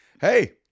hey